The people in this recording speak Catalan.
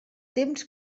temps